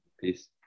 Peace